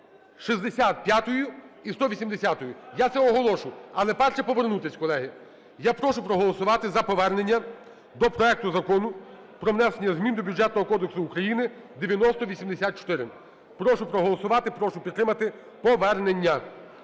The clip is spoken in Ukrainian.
165-ю і 180-ю. Я це оголошу, але перше – повернутися, колеги. Я прошу проголосувати за повернення до проекту Закону про внесення змін до Бюджетного кодексу України (9084). Прошу проголосувати, прошу підтримати повернення.